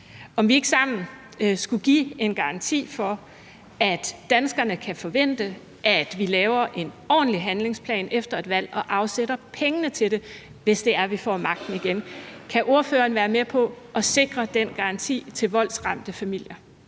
om vi ikke sammen skulle give en garanti for, at danskerne kan forvente, at vi laver en ordentlig handlingsplan efter et valg og afsætter pengene til det, hvis det er, vi får magten igen. Kan ordføreren være med på at give den garanti til voldsramte familier?